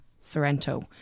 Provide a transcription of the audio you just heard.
Sorrento